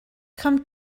come